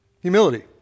humility